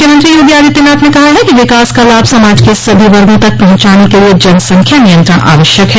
मुख्यमंत्री योगी आदित्यनाथ ने कहा है कि विकास का लाभ समाज के सभी वर्गो तक पहुंचाने के लिए जनसंख्या नियंत्रण आवश्यक है